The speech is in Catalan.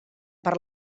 per